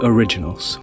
Originals